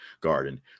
garden